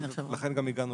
לכן גם הגענו